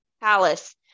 palace